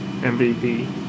MVP